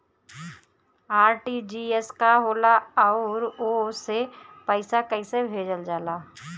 RTGS का होला आउरओ से पईसा कइसे भेजल जला?